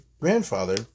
grandfather